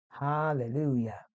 Hallelujah